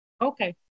Okay